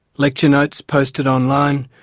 lecture notes posted online,